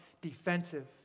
defensive